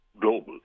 global